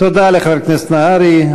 תודה לחבר הכנסת נהרי.